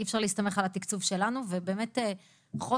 אי אפשר להסתמך על התקצוב שלנו ובאמת חושך